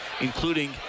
including